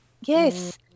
Yes